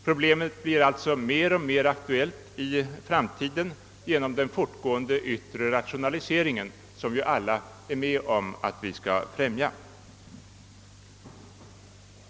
Problemet blir alltså mer och mer aktuellt i framtiden genom den fortgående yttre rationaliseringen som ju alla är intresserade av att främja.